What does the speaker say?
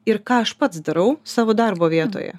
ir ką aš pats darau savo darbo vietoje